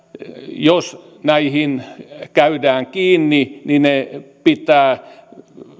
jos näihin käydään kiinni niin ne pitää